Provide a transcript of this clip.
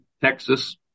Texas